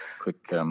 quick